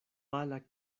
pala